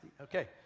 Okay